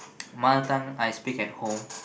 mother tongue I speak at home